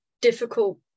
difficult